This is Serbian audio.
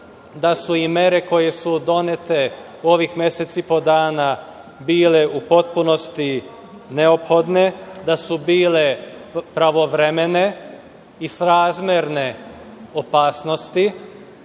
da su i mere koje su donete u ovih mesec i po dana bile u potpunosti neophodne, da su bile pravovremene i srazmerne opasnosti